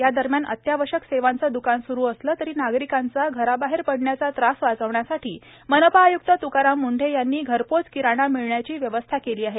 यादरम्यान अत्यावश्यक सेवांचे दुकान सुरू असले तरी नागरिकांचा घराबाहेर पडण्याचा त्रास वाचविण्यासाठी मनपा आयुक्त तुकाराम मुंढे यांनी घरपोच किराणा मिळण्याची व्यवस्था केली आहे